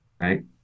Right